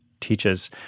teaches